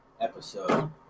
episode